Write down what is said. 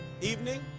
evening